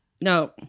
no